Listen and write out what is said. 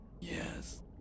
Yes